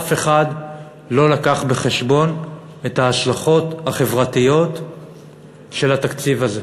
אף אחד לא הביא בחשבון את ההשלכות החברתיות של התקציב הזה.